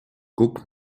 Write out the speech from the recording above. guck